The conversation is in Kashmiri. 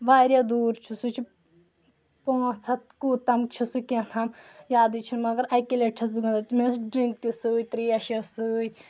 واریاہ دوٗر چھُ سُہ چھُ پانژھ ہَتھ کوٗت تام چھُ سُہ کیاتھام یادٕے چھُنہٕ مگر اکی لٹہِ چھس بہٕ گٔمٕژ مےٚ ٲس ڈرنک تہِ سۭتۍ تریش ٲس سۭتۍ